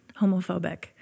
homophobic